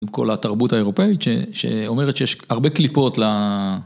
עם כל התרבות האירופאית, ש... ש... שאומרת שיש הרבה קליפות ל...